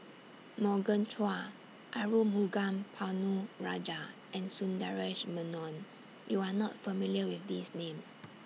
Morgan Chua Arumugam Ponnu Rajah and Sundaresh Menon YOU Are not familiar with These Names